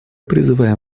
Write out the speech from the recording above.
призываем